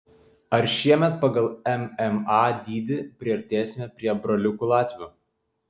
ar šiemet pagal mma dydį priartėsime prie braliukų latvių